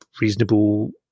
reasonable